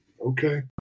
okay